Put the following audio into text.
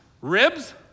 ribs